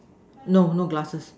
no no glasses